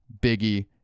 Biggie